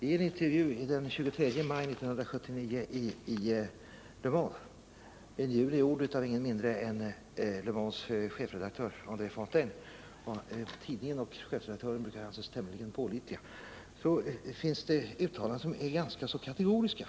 I en intervju den 23 maj 1979 i Le Monde, en intervju av ingen mindre än Le Mondes chefredaktör André Fontaine — tidningen och chefredaktören brukar anses tämligen pålitliga — finns det uttalanden som är ganska kategoriska.